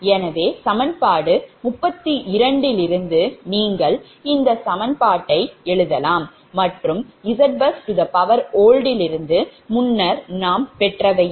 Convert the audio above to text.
எனவே சமன்பாடு 32 இலிருந்து நீங்கள் இந்த சமன்பாட்டை எழுதலாம் மற்றும் ZBUS OLD இலிருந்து முன்னர் நாம் பெற்றவையே